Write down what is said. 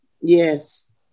Yes